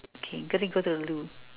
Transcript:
okay go to go to the loo